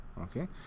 okay